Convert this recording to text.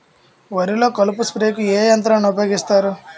వరిలో కలుపు స్ప్రేకు ఏ యంత్రాన్ని ఊపాయోగిస్తారు?